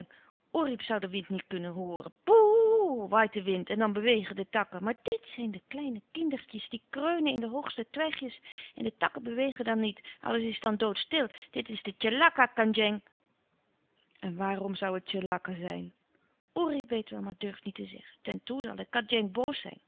oerip zoû den wind niet kunnen hooren boe hh waait de wind en dan bewegen de takken maar dit zijn de kleine kindertjes die kreunen in de hoogste twijgjes en de takken bewegen dan niet alles is dan doodstil dit is tjelaka andjeng n waarom zoû het tjelaka zijn oerip weet wel maar durft niet zeggen entoe zal de kandjeng boos zijn